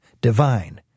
divine